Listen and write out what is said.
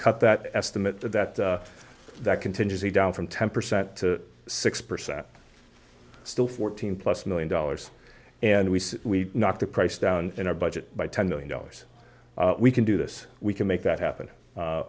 cut that estimate that contingency down from ten percent to six percent still fourteen plus one million dollars and we knocked the price down in our budget by ten million dollars we can do this we can make that happen